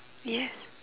yes